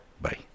Bye